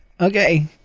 Okay